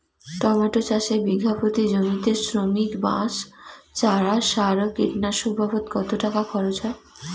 Tomato চাষে বিঘা প্রতি জমিতে শ্রমিক, বাঁশ, চারা, সার ও কীটনাশক বাবদ কত টাকা খরচ হয়?